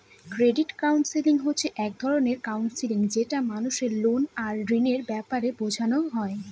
credit counselling হচ্ছে এক রকমের কাউন্সেলিং যেখানে মানুষকে লোন আর ঋণের ব্যাপারে বোঝানো হয়